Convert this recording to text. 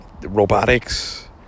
robotics